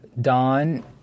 Don